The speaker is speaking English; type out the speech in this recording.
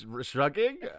shrugging